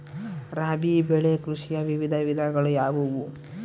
ರಾಬಿ ಬೆಳೆ ಕೃಷಿಯ ವಿವಿಧ ವಿಧಗಳು ಯಾವುವು?